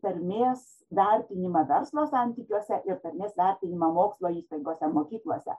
tarmės vertinimą verslo santykiuose ir tarmės vertinimą mokslo įstaigose mokyklose